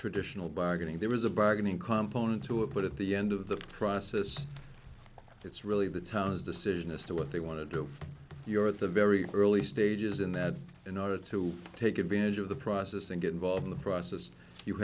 traditional by getting there was a bargain incompetent to do it but at the end of the process it's really the town's decision as to what they want to do you're at the very early stages in that in order to take advantage of the process and get involved in the process you